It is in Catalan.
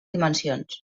dimensions